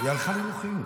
היא הלכה לנוחיות.